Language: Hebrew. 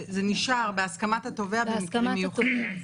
זה נשאר בהסכמת התובע, במקרים מיוחדים.